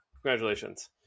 Congratulations